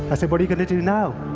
i said, what are you going to do now?